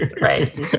right